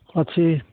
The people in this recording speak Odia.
ଅଛି